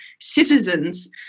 citizens